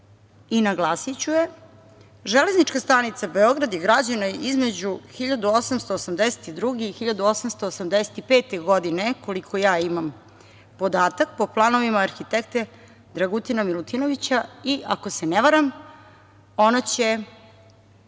i naglasiću je, Železnička stanica Beograd je građena između 1882. i 1885. godine, koliko ja imam podatak, po planovima arhitekte Dragutina Milutinovića i ako se ne varam ona će